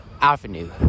Avenue